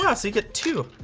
wow. so you get two.